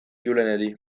juleneri